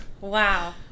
wow